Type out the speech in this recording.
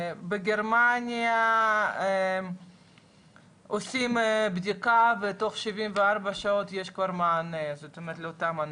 בגרמניה עושים בדיקה ותוך 74 שעות יש כבר מענה לאותם אנשים.